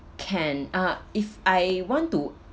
can uh if I want to